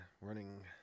running